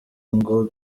ngo